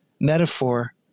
metaphor